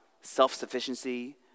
self-sufficiency